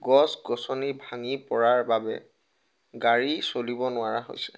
গছ গছনি ভাঙি পৰাৰ বাবে গাড়ী চলিব নোৱাৰা হৈছে